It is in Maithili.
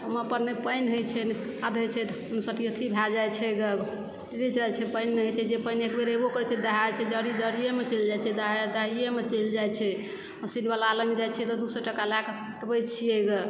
समय पर नहि पनि होइ छै ने खाद होइ छै तऽ हमसब अथी भए जाइ छै ग रइह जै छै पानि नहि होइ छै जे पानि एक बेर एबो करै छै तऽ दहा जाइ छै जड़ी जड़िए मे चलि जाइ छै दहा दहाइए मे चलि जाइ छै मशीन वला अलग दू सए टका लए कऽ पटबै छियै ग